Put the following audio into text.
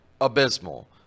abysmal